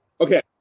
Okay